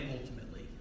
ultimately